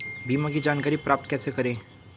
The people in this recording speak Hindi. बीमा की जानकारी प्राप्त कैसे करें?